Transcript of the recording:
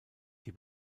die